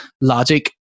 Logic